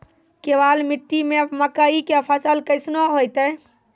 केवाल मिट्टी मे मकई के फ़सल कैसनौ होईतै?